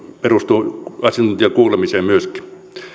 perustuu asiantuntijakuulemiseen myöskin